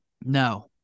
No